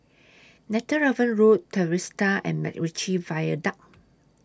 Netheravon Road Trevista and Macritchie Viaduct